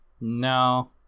No